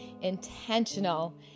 intentional